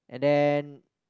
and then